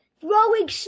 throwing